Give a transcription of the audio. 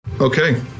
Okay